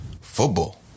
football